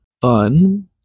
fun